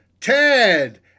Ted